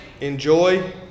Enjoy